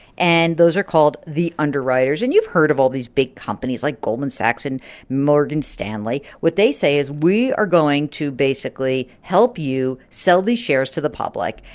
and those are called the underwriters. and you've heard of all these big companies like goldman sachs and morgan stanley. what they say is we are going to basically help you sell these shares to the public.